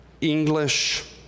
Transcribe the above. English